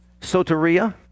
soteria